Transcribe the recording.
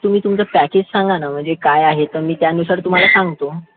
तुम्ही तुमचं पॅकेज सांगा ना म्हणजे काय आहे तर मी त्यानुसार तुम्हाला सांगतो